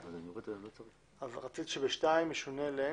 רצית שב-(2) ישונה.